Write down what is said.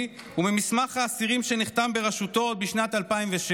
וממסמך האסירים שנחתם בראשותו עוד בשנת 2006,